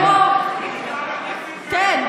אני רוצה גם לקרוא, כן.